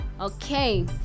Okay